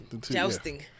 jousting